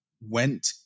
went